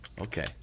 okay